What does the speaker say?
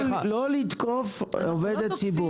לא לתקוף עובדת ציבור.